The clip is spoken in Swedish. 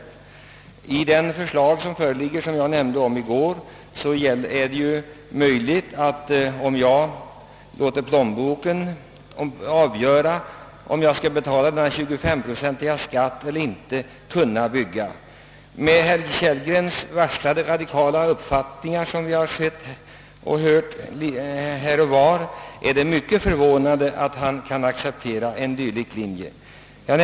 Enligt det förslag som föreligger kan man som jag omnämnde i går, måhända bygga ifall man låter plånboken avgöra om man har möjlighet att betala den 25-procentiga investeringsavgiften. Med tanke på de radikala uppfattningar som herr Kellgren i olika sammanhang varslat om är jag mycket förvånad över att herr Kellgren kan acceptera en dylik linje, att låta plånboken vara värdemätare.